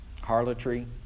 harlotry